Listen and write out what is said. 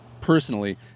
personally